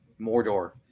mordor